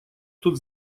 тут